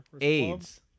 AIDS